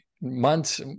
Months